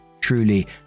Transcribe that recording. truly